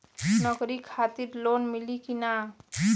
नौकरी खातिर लोन मिली की ना?